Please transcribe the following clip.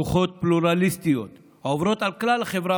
רוחות פלורליסטיות העוברות על כלל החברה